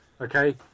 Okay